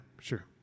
sure